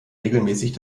regelmäßig